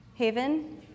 Haven